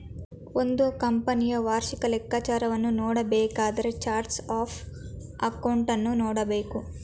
ಒಂದು ಕಂಪನಿಯ ವಾರ್ಷಿಕ ಲೆಕ್ಕಾಚಾರವನ್ನು ನೋಡಬೇಕಾದರೆ ಚಾರ್ಟ್ಸ್ ಆಫ್ ಅಕೌಂಟನ್ನು ನೋಡಬೇಕು